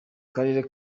karere